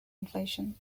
inflation